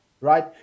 right